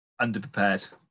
underprepared